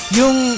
yung